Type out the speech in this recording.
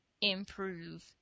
improve